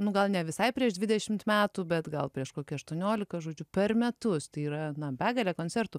nu gal ne visai prieš dvidešimt metų bet gal prieš kokį aštuoniolika žodžiu per metus tai yra na begalė koncertų